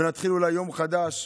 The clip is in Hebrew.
ונתחיל אולי יום חדש.